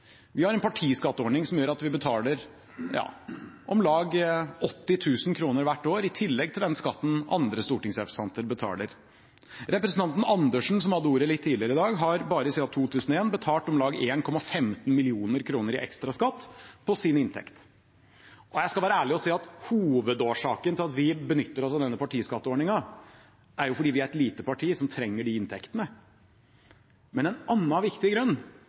Vi har en partiskatteordning som gjør at vi betaler om lag 80 000 kr hvert år i tillegg til den skatten andre stortingsrepresentanter betaler. Representanten Karin Andersen, som hadde ordet litt tidligere i dag, har bare siden 2001 betalt om lag 1,15 mill. kr i ekstra skatt på sin inntekt. Jeg skal være ærlig og si at hovedårsaken til at vi benytter oss av denne partiskatteordningen, er at vi er et lite parti som trenger de inntektene. Men en annen viktig grunn